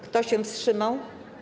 Kto się wstrzymał?